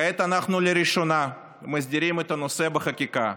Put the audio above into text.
כעת אנחנו לראשונה מסדירים את הנושא בחקיקה,